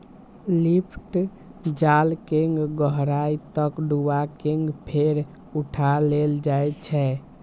lift जाल कें गहराइ तक डुबा कें फेर उठा लेल जाइ छै